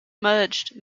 merged